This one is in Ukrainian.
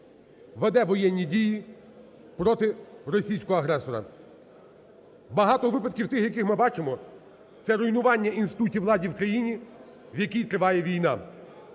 веде воєнні дії проти російського агресора. Багато випадків тих, які ми бачимо, це руйнування інститутів влади в Україні, в якій триває війна.